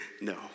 no